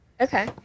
Okay